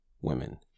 women